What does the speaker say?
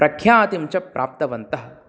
प्रख्यातिं च प्राप्तवन्तः